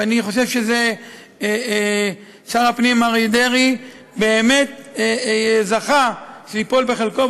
ואני חושב ששר הפנים אריה דרעי באמת זכה שייפול בחלקו,